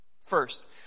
First